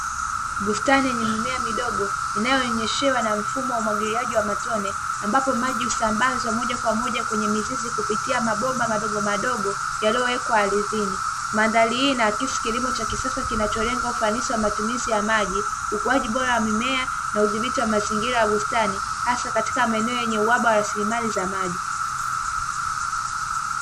Bustani yenye mimea midogo inayonyeshewa na mfumo wa umwagiliaji wa mtone, ambapo maji husambazwa moja kwa moja kwenye mizizi kupitia mabomba madogo madogo yaliyowekwa ardhini, mandhari hii inaakisi kilimo cha kisasa kinacholenga ufanisi wa matumizi ya maji, ukuaji bora wa mimea na udhibiti wa mazingira ya bustani hasa katika maeneo yenye uhaba wa rasilimali za maji.